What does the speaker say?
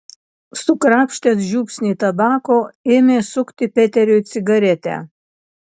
sukrapštęs žiupsnį tabako ėmė sukti peteriui cigaretę